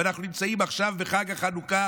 אנחנו נמצאים עכשיו בחג החנוכה,